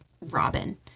Robin